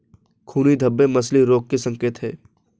खूनी धब्बे मछली रोग के संकेत हैं